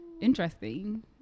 interesting